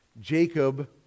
Jacob